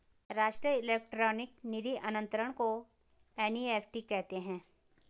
राष्ट्रीय इलेक्ट्रॉनिक निधि अनंतरण को एन.ई.एफ.टी कहते हैं